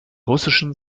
russischen